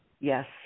Yes